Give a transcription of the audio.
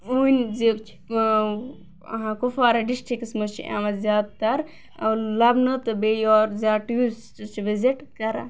اَہن کوپوارہ ڈسٹرکس منٛز چھُ یِوان زیادٕ تر لَبنہٕ تہٕ بیٚیہِ یور زیادٕ ٹورسٹ چھِ وِزٹ کران